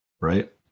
right